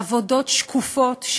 של העבודות השקופות,